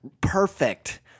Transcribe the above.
perfect